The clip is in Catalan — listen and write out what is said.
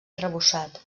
arrebossat